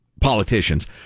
Politicians